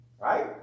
right